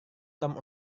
tom